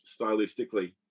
stylistically